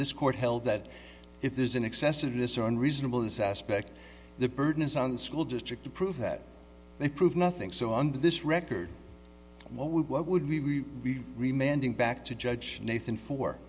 this court held that if there's an excessive discern reasonable this aspect the burden is on the school district to prove that they prove nothing so under this record what would what would we remained in back to judge nathan for